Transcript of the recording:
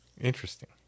Interesting